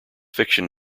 fiction